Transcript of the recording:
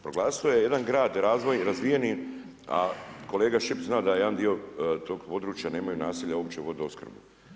Proglasio je jedan grad razvijeni, a kolega Šipić zna da jedan dio tog područja nemaju naselja uopće vodoopskrbu.